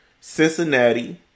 Cincinnati